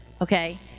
okay